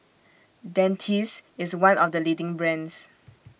Dentiste IS one of The leading brands